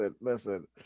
listen